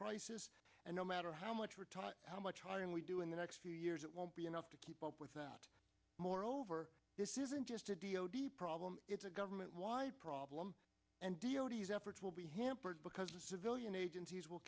crisis and no matter how much we're taught how much hiring we do in the next few years it won't be enough to keep up with that moreover this isn't just a d o d problem it's a government wide problem and d o d s efforts will be hampered because a civilian agencies will